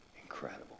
Incredible